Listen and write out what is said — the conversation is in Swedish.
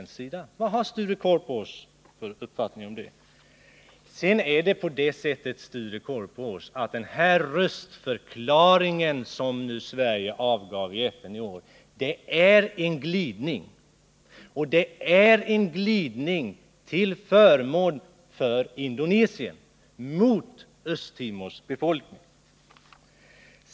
Sedan förhåller det sig så, Sture Korpås, att den röstförklaring som Sverige avgav i FN i år innebär en glidning till förmån för Indonesien och mot Östtimors befolkning.